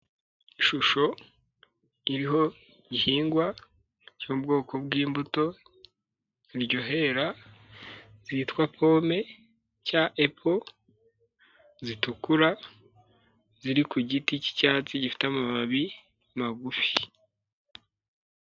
Ishusho iriho igihingwa cy'ubwoko bw'imbuto biryohera zitwa pome cya epo zitukura ziri ku giti cy'icyatsi gifite amababi magufi.